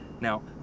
Now